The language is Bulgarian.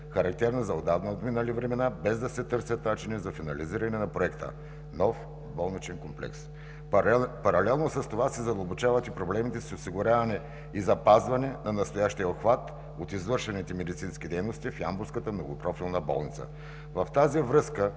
характерна за отдавна отминали времена, без да се търсят начини за финализиране на Проекта „Нов болничен комплекс”. Паралелно с това се задълбочават и проблемите с осигуряване и запазване на настоящия обхват от извършените медицински дейности в Ямболската многопрофилна болница.